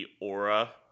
aura